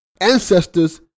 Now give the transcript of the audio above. Ancestors